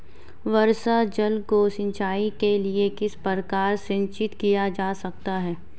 वर्षा जल को सिंचाई के लिए किस प्रकार संचित किया जा सकता है?